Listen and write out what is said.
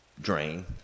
drain